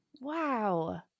Wow